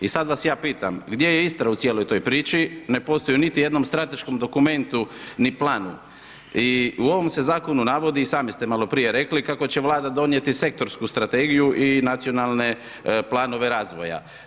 I sad vas ja pitam, gdje je Istra u cijeloj to priči, ne postoji u niti jednom strateškom dokumentu ni plan i u ovom se zakonu navodi i sami ste malo prije rekli kako će Vlada donijeti sektorsku strategiju i nacionalne planove razvoja.